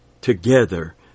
Together